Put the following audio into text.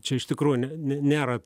čia iš tikrųjų ne ne nėra